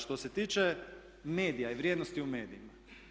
Što se tiče medija i vrijednosti u medijima.